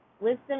Wisdom